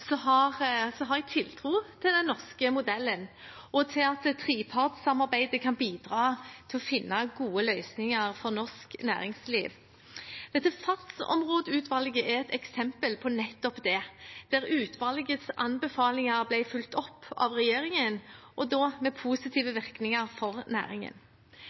har jeg tiltro til den norske modellen og til at trepartssamarbeidet kan bidra til å finne gode løsninger for norsk næringsliv. Fartsområdeutvalget er et eksempel på nettopp det, der utvalgets anbefalinger ble fulgt opp av regjeringen, med positive virkninger for næringen.